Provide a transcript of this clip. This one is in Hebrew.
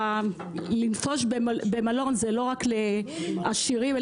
לנפוש במלון זה לא רק לעשירים,